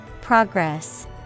Progress